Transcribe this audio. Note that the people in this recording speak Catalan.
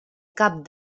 cap